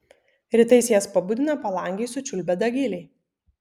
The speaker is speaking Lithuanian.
rytais jas pabudina palangėj sučiulbę dagiliai